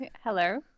Hello